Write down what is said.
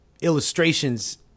illustrations